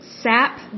sap